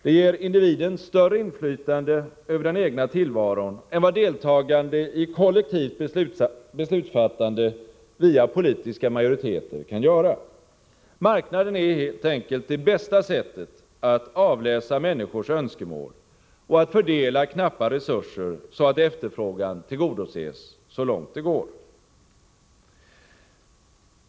Det ger individen större inflytande över den egna tillvaron än vad deltagande i kollektivt beslutsfattande via politiska majoriteter kan göra. Marknaden är helt enkelt det bästa sättet att avläsa människors önskemål och att fördela knappa resurser så att efterfrågan tillgodoses så långt det går.